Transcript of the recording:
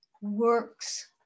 works